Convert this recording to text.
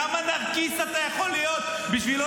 כל מה שהיה צריך לעשות זה להגיד -- למה